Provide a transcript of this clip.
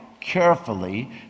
carefully